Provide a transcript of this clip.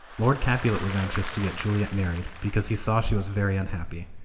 lord capulet was anxious to get juliet married, because he saw she was very unhappy.